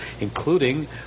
including